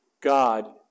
God